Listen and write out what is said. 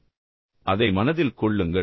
எனவே அதை மனதில் கொள்ளுங்கள்